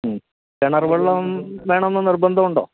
കിണർ വെള്ളം വേണമെന്ന് നിർബന്ധമുണ്ടോ